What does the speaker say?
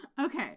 Okay